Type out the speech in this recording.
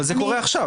אבל זה קורה עכשיו.